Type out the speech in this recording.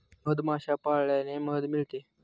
मधमाश्या पाळल्याने मध मिळते